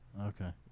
Okay